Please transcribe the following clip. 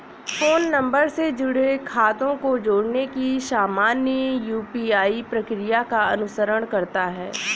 phone number से जुड़े खातों को जोड़ने की सामान्य यू.पी.आई प्रक्रिया का अनुसरण करता है